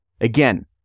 Again